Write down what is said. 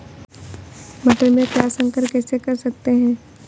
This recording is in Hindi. मटर में क्रॉस संकर कैसे कर सकते हैं?